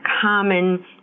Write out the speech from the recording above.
common